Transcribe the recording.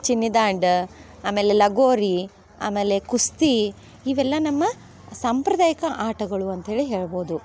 ಚಿನ್ನಿದಾಂಡು ಆಮೇಲೆ ಲಗೋರಿ ಆಮೇಲೆ ಕುಸ್ತಿ ಇವೆಲ್ಲ ನಮ್ಮ ಸಾಂಪ್ರದಾಯ್ಕ ಆಟಗಳು ಅಂತ ಹೇಳಿ ಹೇಳ್ಬೋದು